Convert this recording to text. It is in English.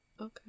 Okay